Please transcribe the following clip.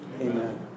Amen